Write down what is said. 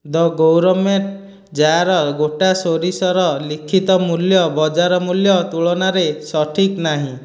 ଦ' gourmet ଯା'ର ଗୋଟା ସୋରିଷର ଲିଖିତ ମୂଲ୍ୟ ବଜାର ମୂଲ୍ୟ ତୁଳନାରେ ସଠିକ୍ ନାହିଁ